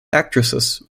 actresses